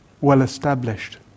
well-established